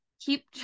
keep